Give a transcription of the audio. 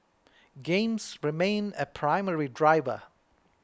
games remain a primary driver